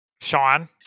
Sean